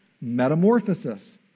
metamorphosis